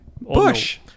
Bush